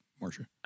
Marcia